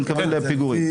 אני מתכוון לפיגורים.